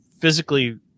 physically